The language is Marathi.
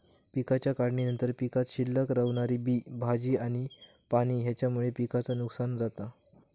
पिकाच्या काढणीनंतर पीकात शिल्लक रवणारा बी, भाजी आणि पाणी हेच्यामुळे पिकाचा नुकसान जाता